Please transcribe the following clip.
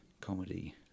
comedy